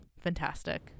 fantastic